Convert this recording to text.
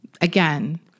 Again